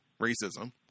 racism